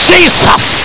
Jesus